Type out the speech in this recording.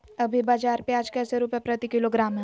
अभी बाजार प्याज कैसे रुपए प्रति किलोग्राम है?